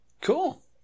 Cool